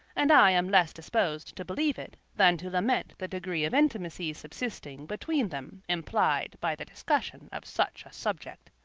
and i am less disposed to believe it than to lament the degree of intimacy subsisting between them, implied by the discussion of such a subject.